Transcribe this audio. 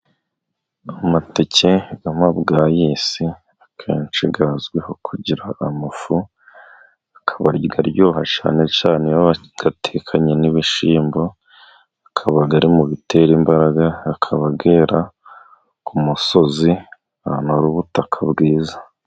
Amateke y'amabwayisi akenshi azwiho kugira amafu. Akabarya aryoha cyane cye iyo atekanye n'ibishyimbo akaba ari mu bitera imbaraga, akaba yera ku musozi ahantu hari ubutaka bwiza.